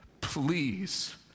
Please